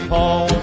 Paul